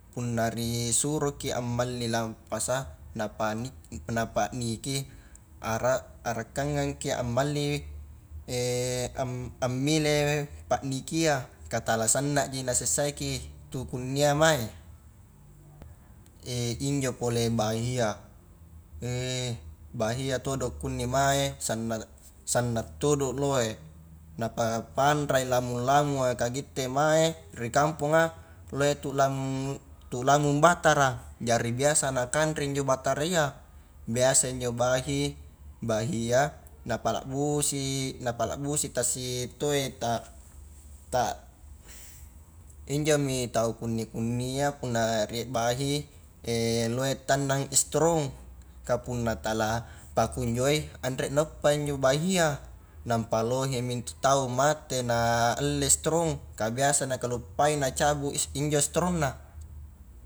Punna ri suroki ammalli lampasa napani-napa'niki ara-arekangangki amalli am-ammile pa'nikia, ka tala sannaji nasessaiki tu kunnia mae, injo pole bahia, bahia todo kunne mae sanna-sanna todo lohe, napa panrai lamong-lamonga ka kitte mae ri kamponga loe tu lamong tu lamong batara, jari biasa injo nakanre batara ia biasa injo bahi bahia napalabbusi tasitoe ta ta injomi tau kunni kunnia punna rie bahi lohe tannang i strong, ka punna tala pakunjoi nare nauppai injo bahia nampa lohe intu tau mate na alle strong, ka biasa nakaluppai nacabu injo strongna.